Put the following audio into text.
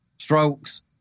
Strokes